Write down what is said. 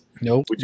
Nope